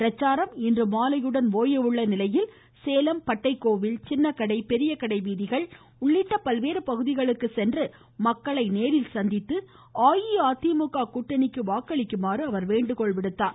பிரச்சாரம் இன்றுமாலையுடன் ஒய உள்ள நிலையில் சேலம் பட்டைக்கோவில் சின்னகடை பெரியகடைவீதிகள் உள்ளிட்ட பல்வேறு பகுதிகளுக்கு சென்று மக்களை நேரில் சந்தித்து அஇஅதிமுக கூட்டணிக்கு வாக்களிக்குமாறு வேண்டுகோள் விடுத்தார்